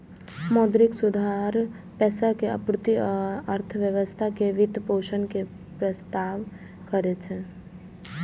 मौद्रिक सुधार पैसा के आपूर्ति आ अर्थव्यवस्था के वित्तपोषण के प्रस्ताव करै छै